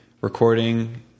recording